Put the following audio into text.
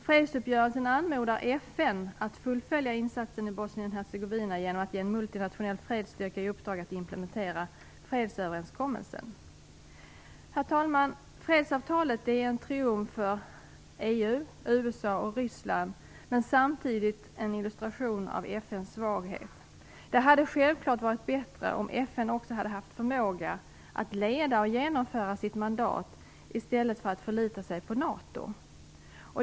Fredsuppgörelsen anmodar FN att fullfölja insatsen i Bosnien Hercegovina genom att ge en multinationell fredsstyrka i uppdrag att implementera fredsöverenskommelsen. Herr talman! Fredsavtalet är en triumf för USA, EU och Ryssland men samtidigt en illustration av FN:s svaghet. Det hade självklart varit bättre om FN också hade haft förmåga att leda och genomföra sitt mandat i stället för att förlita sig på NATO.